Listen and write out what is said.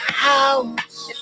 house